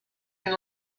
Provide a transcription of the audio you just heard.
take